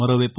మరోవైపు